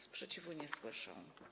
Sprzeciwu nie słyszę.